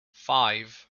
five